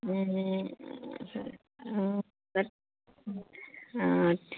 তাত অঁ